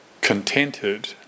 contented